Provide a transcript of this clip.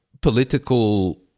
political